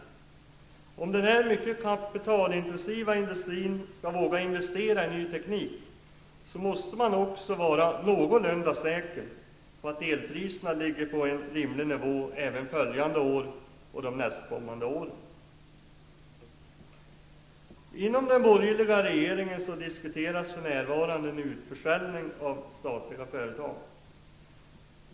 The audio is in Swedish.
För att den här mycket kapitalintensiva basindustrin skall våga investera i ny teknik måste man också vara någorlunda säker på att elpriserna ligger på en rimlig nivå såväl under det följande året som under nästkommande år. Inom den borgerliga regeringen diskuteras för närvarande en utförsäljning av statliga företag.